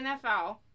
NFL